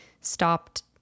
stopped